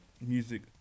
music